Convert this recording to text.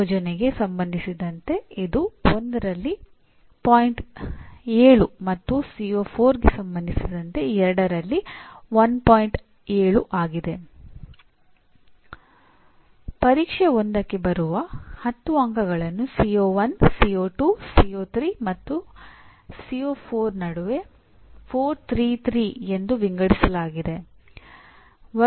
ನಡುವೆ 4 3 3 ಎಂದು ವಿಂಗಡಿಸಲಾಗಿದೆ